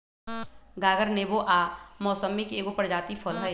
गागर नेबो आ मौसमिके एगो प्रजाति फल हइ